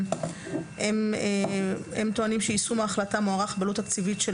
הם טוענים שיישום ההחלטה מוערך בעלות תקציבית של